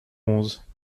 onze